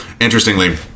Interestingly